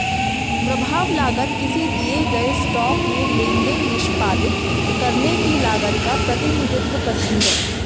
प्रभाव लागत किसी दिए गए स्टॉक में लेनदेन निष्पादित करने की लागत का प्रतिनिधित्व करती है